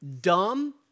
Dumb